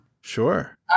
Sure